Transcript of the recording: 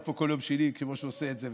פה בכל יום שני כמו שהוא עושה את זה,